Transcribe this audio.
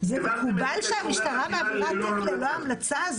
זה מקובל שהמשטרה מעבירה ללא המלצה?